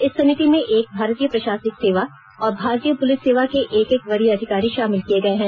इस समिति में भारतीय प्रशासनिक सेवा और भारतीय पुलिस सेवा के एक एक वरीय अधिकारी शामिल किए गए हैं